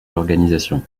l’organisation